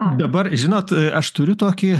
dabar žinot aš turiu tokį